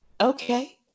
okay